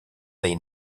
they